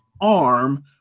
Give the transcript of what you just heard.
arm